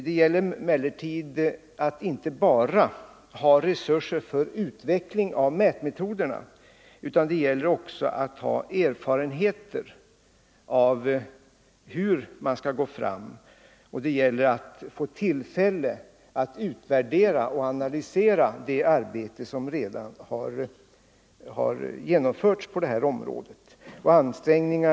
Det gäller emellertid att inte bara ha resurser för utveckling av mätmetoderna, utan också erfarenheter av hur man skall gå fram och få tillfälle att utvärdera och analysera det arbete som redan har genomförts.